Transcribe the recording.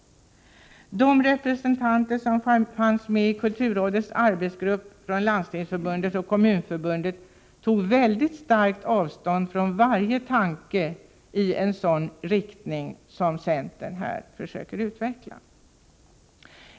De representanter som var med i kulturrådets arbetsgrupp från Landstingsförbundet och Kommunförbundet tog mycket bestämt avstånd från varje tanke i en sådan riktning som centern här försöker utveckla.